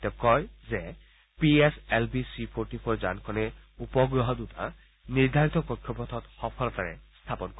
তেওঁ কয় যে P S L V C forty four যানখনে উপগ্ৰহ দুটা নিৰ্ধাৰিত কক্ষপথত সফলতাৰে স্থাপন কৰে